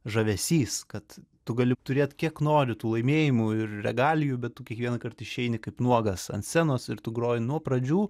žavesys kad tu gali turėt kiek nori tų laimėjimų ir regalijų bet tu kiekvienąkart išeini kaip nuogas ant scenos ir tu groji nuo pradžių